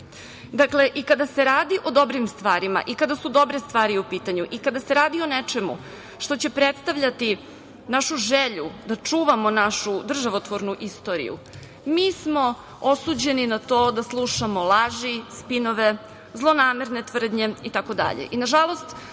krst? I kada se radi o dobrim stvarima i kada su dobre stvari u pitanju i kada se radi o nečemu što će predstavljati našu želju da čuvamo našu državotvornu istoriju mi smo osuđeni na to da slušamo laži, spinove, zlonamerne tvrdnje